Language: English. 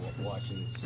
watching